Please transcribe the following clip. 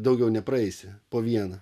daugiau nepraeisi po vieną